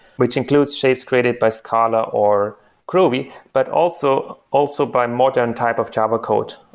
which includes shapes created by scala or groovy, but also also by modern type of java code.